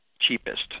cheapest